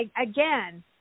again